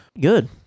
Good